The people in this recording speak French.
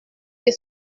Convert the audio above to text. que